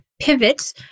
pivot